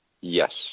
Yes